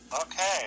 Okay